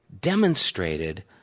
demonstrated